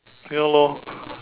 ya lor